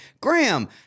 Graham